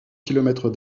kilomètres